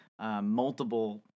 multiple